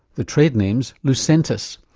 the trade name's lucentis,